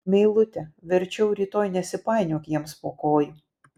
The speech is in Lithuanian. meilute verčiau rytoj nesipainiok jiems po kojų